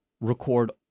record